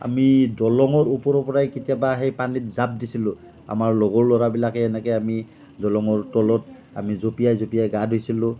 আমি দলঙৰ ওপৰৰ পৰাই কেতিয়াবা সেই পানীত জাঁপ দিছিলোঁ আমাৰ লগৰ ল'ৰাবিলাকে এনেকে আমি দলঙৰ তলত আমি জঁপিয়াই জঁপিয়াই গা ধুইছিলোঁ